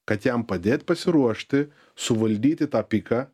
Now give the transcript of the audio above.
kad jam padėt pasiruošti suvaldyti tą piką